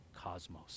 cosmos